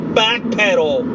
backpedal